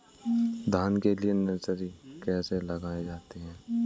धान के लिए नर्सरी कैसे लगाई जाती है?